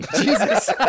Jesus